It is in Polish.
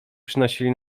przynosili